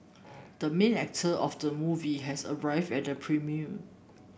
the main actor of the movie has arrived at the premiere